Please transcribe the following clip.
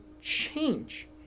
change